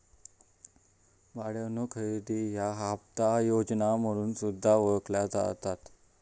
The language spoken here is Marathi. भाड्यानो खरेदी याका हप्ता योजना म्हणून सुद्धा ओळखला जाता